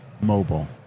mobile